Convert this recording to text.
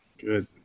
Good